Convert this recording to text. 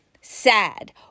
sad